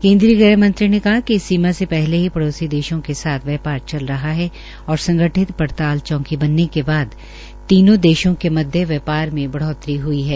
केन्द्रीय ग़हमंत्री ने कहा कि इस सीमा से पहले ही पड़ौसी देशों के साथ व्यापार चल रहा है और संगठित पड़ताल चौकी बनने के बाद तीनो देशों के मध्यम व्यापार में बढ़ोतरी हुई है